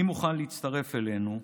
מי מוכן להצטרף אלינו,